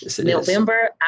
November